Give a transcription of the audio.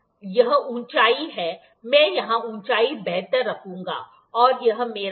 यह ऊंचाई है मैं यहां ऊंचाई बेहतर रखूंगा और यह मेरा कर्ण है ठीक है